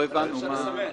לא הבנו.